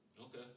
Okay